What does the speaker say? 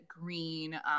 green